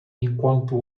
enquanto